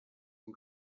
and